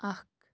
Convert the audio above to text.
اکھ